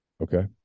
Okay